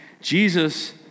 Jesus